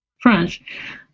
French